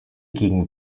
gegen